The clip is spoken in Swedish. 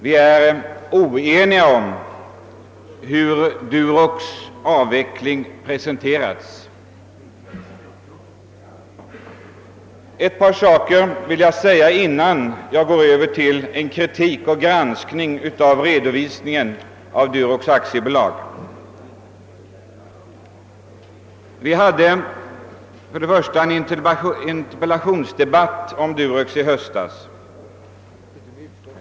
Vi är inom utskottet oeniga om huruvida Duroxaffärens avveckling presenterats på ett riktigt sätt. Innan jag går över till kritik och granskning av redovisningen i Duroxaffären vill jag säga följande. Vi hade en interpellationsdebatt om Durox i höstas.